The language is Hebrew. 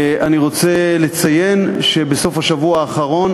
אני רוצה לציין שבסוף השבוע האחרון,